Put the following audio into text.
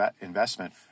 investment